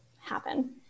happen